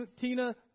Tina